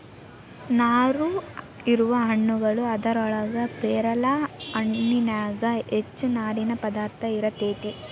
ನಾರು ಇರುವ ಹಣ್ಣುಗಳು ಅದರೊಳಗ ಪೇರಲ ಹಣ್ಣಿನ್ಯಾಗ ಹೆಚ್ಚ ನಾರಿನ ಪದಾರ್ಥ ಇರತೆತಿ